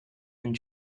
and